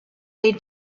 they